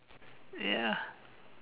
ya